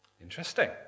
Interesting